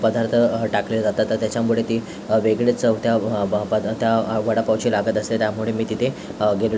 पदार्थ टाकले जातात त्याच्यामुळे ती वेगळी चव त्या त्या वडापावची लागत असते त्यामुळे मी तिथे गेलो